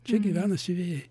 čia gyvena siuvėjai